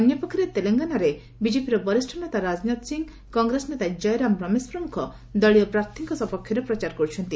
ଅନ୍ୟ ପକ୍ଷରେ ତେଲଙ୍ଗାନାରେ ବିଜେପିର ବରିଷ୍ଠ ନେତା ରାଜନାଥ ସିଂହ କଂଗ୍ରେସ ନେତା ଜୟରାମ ରମେଶ ପ୍ରମୁଖ ଦଳୀୟ ପ୍ରାର୍ଥୀଙ୍କ ସପକ୍ଷରେ ପ୍ରଚାର କରୁଛନ୍ତି